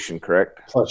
correct